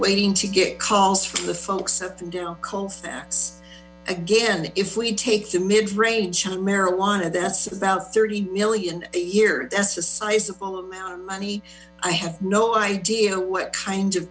waiting to get calls from the folks up and down colfax again if we take the mid range on marijuana that's about thirty million a year that's a sizable amount of money i have no idea what kind of